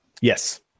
Yes